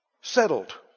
Settled